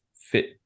fit